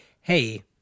hey